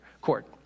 court